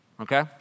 okay